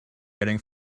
getting